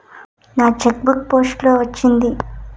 నా cheque book post లో వచ్చింది